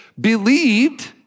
believed